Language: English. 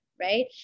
right